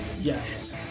Yes